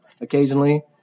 occasionally